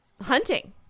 hunting